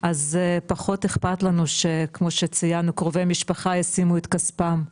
אז פחות אכפת לנו שכמו שציינו קרובי משפחה ישימו את כספם.